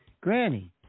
granny